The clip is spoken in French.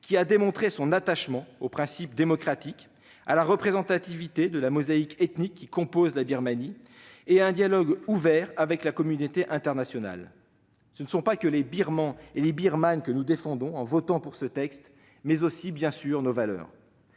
qui a démontré son attachement aux principes démocratiques, à la représentativité de la mosaïque ethnique qui compose la Birmanie et à un dialogue ouvert avec la communauté internationale. Ce sont non seulement les Birmanes et les Birmans que nous défendons en votant pour ce texte, mais également nos valeurs.